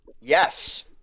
Yes